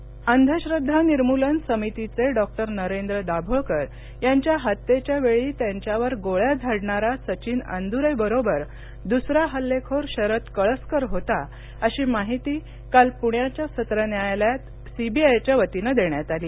कळसकर अंधश्रद्वा निर्मूलन समितीचे डॉक्टर नरेंद्र दाभोलकर यांच्या हत्येच्या वेळी त्यांच्यावर गोळ्या झाडणारा सचिन अन्दुरे बरोबर दुसरा हल्लेखोर शरद कळसकर होता अशी माहिती काल पुण्याच्या सत्र न्यायालयात सीबीआयच्या वतीनं देण्यात आली